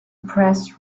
press